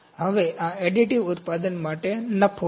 હવે આ એડિટિવ ઉત્પાદન માટે નફો છે